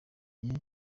yagiye